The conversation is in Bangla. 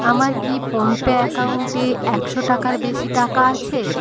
আমার কি ফোনপে অ্যাকাউন্টে একশো টাকার বেশি টাকা আছে